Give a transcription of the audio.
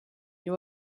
you